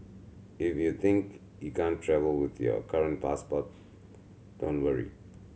if you think you can't travel with your current passport don't worry